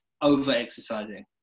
over-exercising